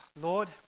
Lord